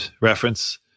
reference